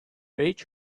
rich